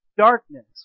Darkness